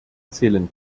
zählen